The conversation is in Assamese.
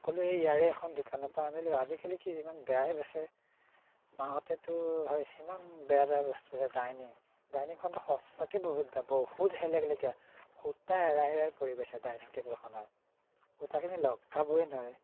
মই ক'লোঁ এই ইয়াৰে এখন দোকানৰ পৰা আনিলোঁ আজিকালি কি ইমান বেয়াই বেচে মাহঁতেতো হয় কৈছে ইমান বেয়া বেয়া বস্তু আছে ডাইনিং ডাইনিংখনতো সঁচাকৈ বহুত বেয়া বহুত হেলেকলেকীয়া খুটা এৰাই এৰাই পৰি গৈছে ডাইনিং টেবুলখনৰ খুটাখিনি লগাবই নোৱাৰি